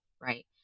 right